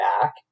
back